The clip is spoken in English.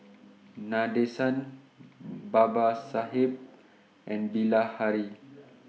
Nadesan Babasaheb and Bilahari